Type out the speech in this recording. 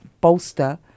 bolster